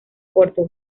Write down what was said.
puerto